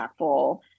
impactful